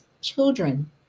children